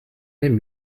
même